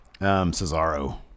Cesaro